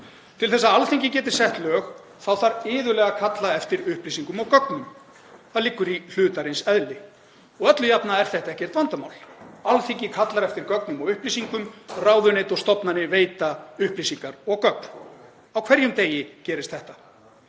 Til að Alþingi geti sett lög þarf það iðulega að kalla eftir upplýsingum og gögnum, það liggur í hlutarins eðli. Öllu jafna er það ekkert vandamál. Alþingi kallar eftir gögnum og upplýsingum, ráðuneyti og stofnanir veita upplýsingar og gögn. Á hverjum degi gerist þetta.